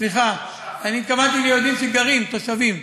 סליחה, אני התכוונתי ליהודים שגרים, תושבים.